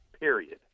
period